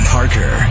Parker